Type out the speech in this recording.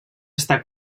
està